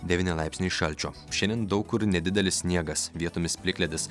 devyni laipsniai šalčio šiandien daug kur nedidelis sniegas vietomis plikledis